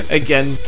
again